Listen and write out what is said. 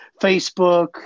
Facebook